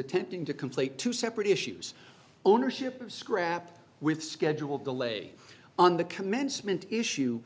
attempting to conflate two separate issues ownership scrap with schedule delay on the commencement issue